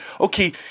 okay